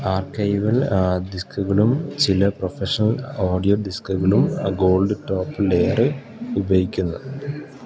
archival ഡിസ്ക്ക്കളും ചില professional audio ഡിസ്ക്ക്കളും ഗോൾഡ് ടോപ്പ് ലെയറ് ഉപയോഗിക്കുന്നു